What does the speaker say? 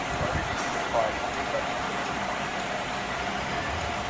why did she reply to the subject of the remark, and not to the speaker?